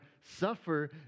suffer